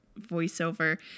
voiceover